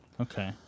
Okay